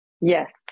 Yes